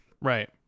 Right